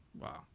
Wow